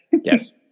Yes